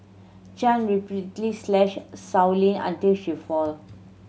Chan repeatedly slashed Sow Lin until she fall